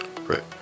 Right